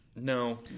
No